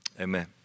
Amen